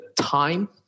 time